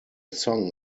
song